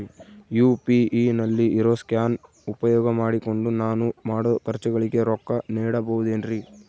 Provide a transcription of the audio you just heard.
UPI ನಲ್ಲಿ ಇರೋ scan ಉಪಯೋಗ ಮಾಡಿಕೊಂಡು ನಾನು ಮಾಡೋ ಖರ್ಚುಗಳಿಗೆ ರೊಕ್ಕ ನೇಡಬಹುದೇನ್ರಿ?